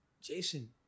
Jason